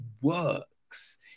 works